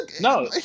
no